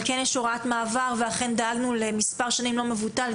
אבל כן יש הוראת מעבר ודאגנו למספר שנים לא מבוטל,